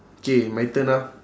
K my turn ah